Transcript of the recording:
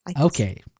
Okay